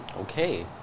Okay